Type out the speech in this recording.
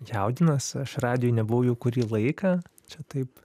jaudinuos aš radijuj nebuvau jau kurį laiką čia taip